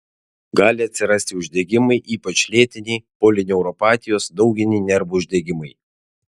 gali atsirasti uždegimai ypač lėtiniai polineuropatijos dauginiai nervų uždegimai